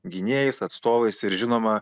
gynėjais atstovais ir žinoma